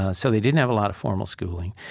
and so they didn't have a lot of formal schooling.